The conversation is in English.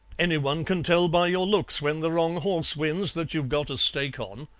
anyone can tell by your looks when the wrong horse wins that you've got a stake on